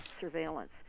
surveillance